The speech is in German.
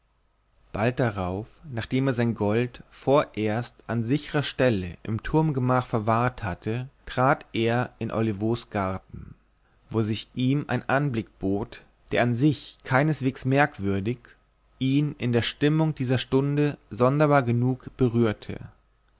bald darauf nachdem er sein gold vorerst an sichrer stelle im turmgemach verwahrt hatte trat er in olivos garten wo sich ihm ein anblick bot der an sich keineswegs merkwürdig ihn in der stimmung dieser stunde sonderbar genug berührte